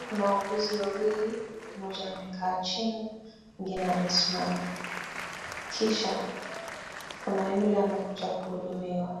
Kuna wauguzi wawili mmoja amekaa chini mmoja amesimama kisha kuna yule amekuja kuhudumiwa